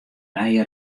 nije